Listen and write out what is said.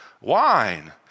wine